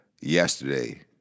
yesterday